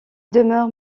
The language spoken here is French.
demeure